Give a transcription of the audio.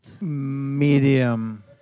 Medium